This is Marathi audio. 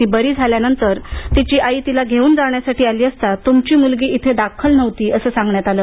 ती बरी झाल्यानंतर तिची आई तिला घेऊन जाण्यासाठी आली असता तुमची मुलगी इथे दाखल नव्हती असं सांगण्यात आलं